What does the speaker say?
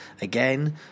again